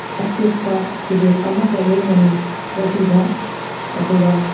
ꯑꯆꯦꯠꯄ ꯐꯤꯔꯦꯞ ꯑꯃꯒ ꯂꯣꯏꯅꯅ ꯑꯗꯨꯒ